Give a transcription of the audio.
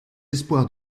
espoirs